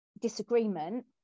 disagreement